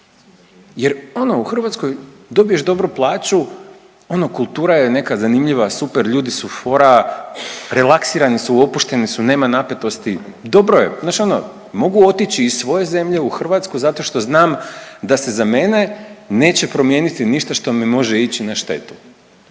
jer ono u Hrvatskoj dobiješ dobru plaću, ono kultura je neka zanimljiva, super, ljudi su fora, relaksirani su, opušteni su, nema napetosti, dobro je, znaš ono mogu otići iz svoje zemlje u Hrvatsku zato što znam da se za mene neće promijeniti ništa što mi može ići na štetu,